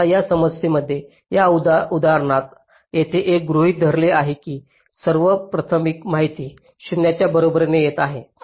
आता या समस्येमध्ये या उदाहरणात येथे असे गृहित धरले आहे की सर्व प्राथमिक माहिती 0 च्या बरोबरीने येत आहे